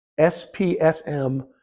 SPSM